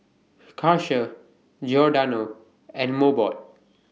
Karcher Giordano and Mobot